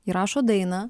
įrašo dainą